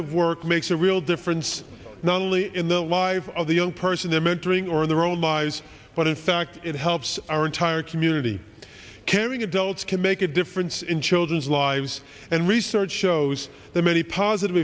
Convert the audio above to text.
of work makes a real difference not only in the lives of the young person in mentoring or in their own lives but in fact it helps our entire community caring adults can make a difference in children's lives and research shows the many positive